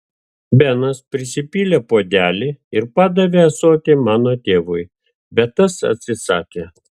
benas prisipylė puodelį ir padavė ąsotį mano tėvui bet tas atsisakė